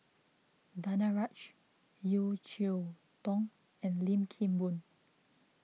Danaraj Yeo Cheow Tong and Lim Kim Boon